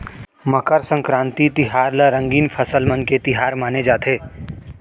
मकर संकरांति तिहार ल रंगीन फसल मन के तिहार माने जाथे